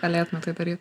galėtume tai daryt